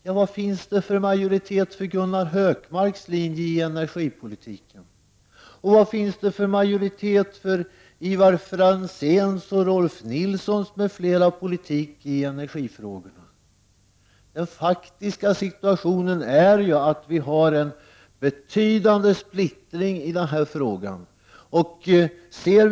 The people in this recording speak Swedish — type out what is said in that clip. Ja, vad finns det för majoritet för Gunnar Hökmarks linje i energipolitiken och för Ivar Franzéns och Rolf L Nilsons m.fl. politik i energifrågorna? Den faktiska situationen är ju den att vi har en betydande splittring på den här punkten.